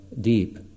deep